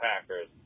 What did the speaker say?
Packers